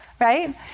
right